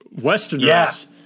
Westerners